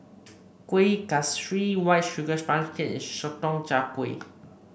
Kuih Kaswi White Sugar Sponge Cake Sotong Char Kway